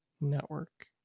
network